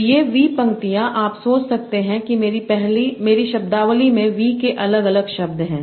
तो ये V पंक्तियाँ आप सोच सकते हैं जैसे कि मेरी शब्दावली में V के अलग अलग शब्द हैं